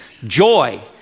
joy